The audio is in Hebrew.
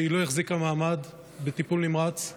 שהיא לא החזיקה מעמד בטיפול נמרץ ונפטרה.